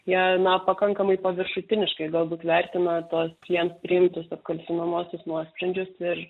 jie na pakankamai paviršutiniškai galbūt vertina tuos jiems priimtus apkaltinamuosius nuosprendžius ir